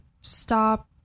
stop